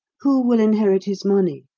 who will inherit his money,